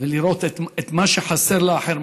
ולראות את מה שחסר לאחר,